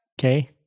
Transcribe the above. Okay